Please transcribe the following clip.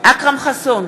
אכרם חסון,